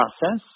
process